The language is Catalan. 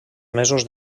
mesos